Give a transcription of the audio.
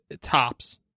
tops